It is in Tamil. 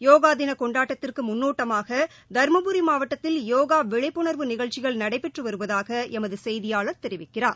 யோகா தின கொண்டாட்டத்திற்கு முன்னோட்டமாக தருமபுரி மாவட்டத்தில் யோகா விழிப்புணர்வு நிகழ்ச்சிகள் நடைபெற்று வருவதாக எமது செய்தியாளர் தெரிவிக்கிறார்